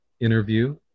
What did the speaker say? interview